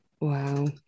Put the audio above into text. Wow